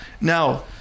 now